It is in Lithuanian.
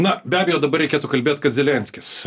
na be abejo dabar reikėtų kalbėt kad zelenskis